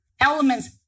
elements